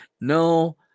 No